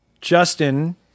Justin